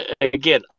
again